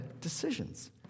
decisions